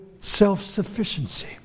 self-sufficiency